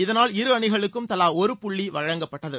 இதனால் இரு அணிகளுக்கும் தவா ஒரு புள்ளி வழங்கப்பட்டது